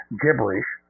gibberish